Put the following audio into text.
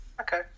Okay